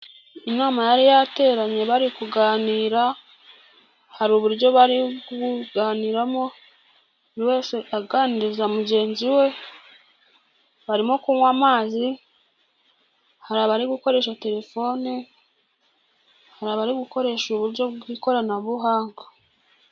Inama yari yateranye bari kuganira, hari uburyo bari kuganiramo, buri wese aganiriza mugenzi we, barimo kunywa amazi, hari abari gukoresha telefone, hari abari gukoresha uburyo bw'ikoranabuhanga.